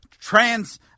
Trans-